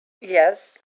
Yes